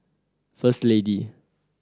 First Lady